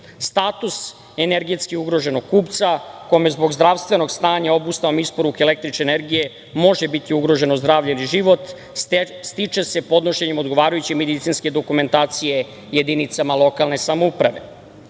život. Status energetski ugroženog kupca kome zbog zdravstvenog stanja obustavom isporuke električne energije može biti ugroženo zdravlje ili život stiče se podnošenjem odgovarajuće medicinske dokumentacije jedinicama lokalne samouprave.